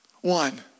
One